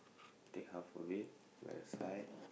take half of it for your side